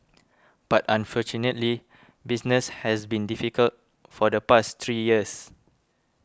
but unfortunately business has been difficult for the past three years